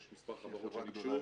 יש מספר חברות שביקשו,